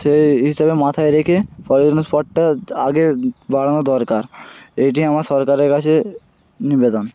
সেই হিসেবে মাথায় রেখে পর্যটন স্পটটা আগে বাড়ানো দরকার এইটি আমার সরকারের কাছে নিবেদন